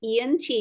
ENT